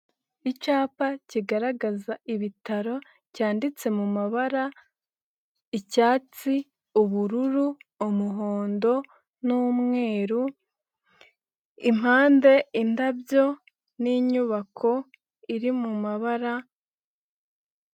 Icyapa kigaragaza ibitaro cyanditse mu mabara; icyatsi, ubururu, umuhondo n'umweru. impande; indabyo n'inyubako iri mu mabara.